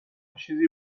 چیزی